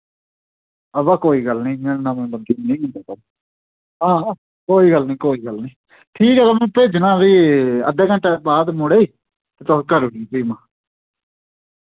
हां वा कोई गल्ल नी इ'य्यां नवें बंदे हां कोई गल्ल नी कोई गल्ल नी ठीक ऐ तां मैं भेजना फ्ही घैंटे अद्धे घैंटे बाद मुड़े ते तुस कर